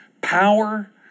power